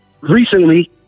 recently